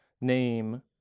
name